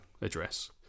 address